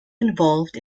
involved